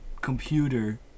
computer